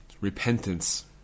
Repentance